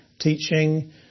teaching